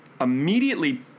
Immediately